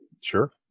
Sure